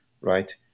right